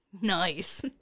Nice